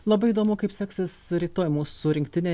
labai įdomu kaip seksis rytoj mūsų rinktinė